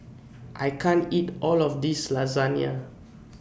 I can't eat All of This Lasagna